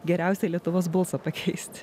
geriausią lietuvos balsą pakeisti